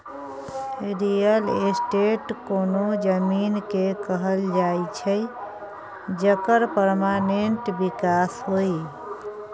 real estate कोनो जमीन केँ कहल जाइ छै जकर परमानेंट बिकास होइ